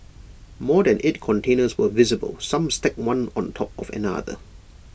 more than eight containers were visible some stacked one on top of another